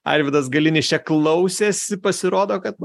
arvydas galinis čia klausėsi pasirodo kad